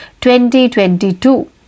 2022